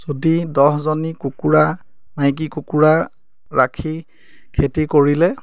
যদি দহজনী কুকুৰা মাইকী কুকুৰা ৰাখি খেতি কৰিলে